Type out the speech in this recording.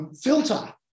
filter